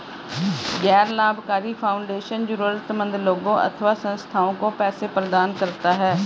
गैर लाभकारी फाउंडेशन जरूरतमन्द लोगों अथवा संस्थाओं को पैसे प्रदान करता है